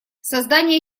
создание